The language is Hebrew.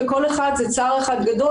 וכל אחד זה צער אחד גדול,